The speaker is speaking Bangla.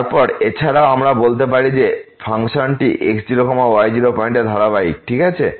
তারপর এছাড়াও আমরা বলতে পারি যে ফাংশনটি x0y0 পয়েন্টে ধারাবাহিক ঠিক আছে